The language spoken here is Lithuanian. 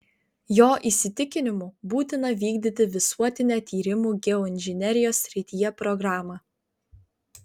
jo įsitikinimu būtina vykdyti visuotinę tyrimų geoinžinerijos srityje programą